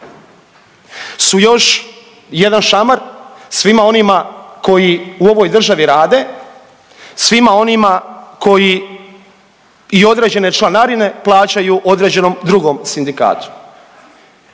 su još jedan šamar svima onima koji u ovoj državi rade, svima onima koji i određene članarine plaćaju određenom drugom sindikatu.